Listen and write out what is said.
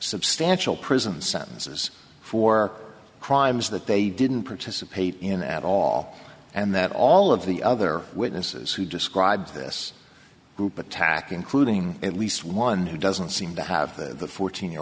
substantial prison sentences for crimes that they didn't participate in at all and that all of the other witnesses who described this group attack including at least one who doesn't seem to have the fourteen year